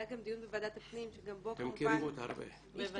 היה גם דיון בוועדת הפנים שגם בו כמובן השתתפתי.